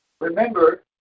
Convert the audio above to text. Remember